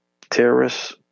terrorists